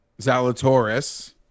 Zalatoris